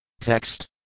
Text